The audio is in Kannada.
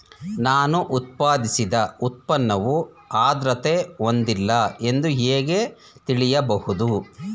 ನಾನು ಉತ್ಪಾದಿಸಿದ ಉತ್ಪನ್ನವು ಆದ್ರತೆ ಹೊಂದಿಲ್ಲ ಎಂದು ಹೇಗೆ ತಿಳಿಯಬಹುದು?